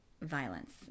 violence